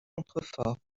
contreforts